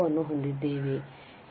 ಅನ್ನು ಹೊಂದಿದ್ದೇವೆ